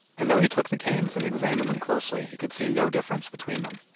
and though he took the canes and examined them closely, he could see no difference between them.